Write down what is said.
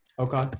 Okay